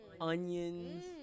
onions